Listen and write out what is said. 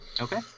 Okay